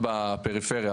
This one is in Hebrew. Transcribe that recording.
עירוניות בפריפריה.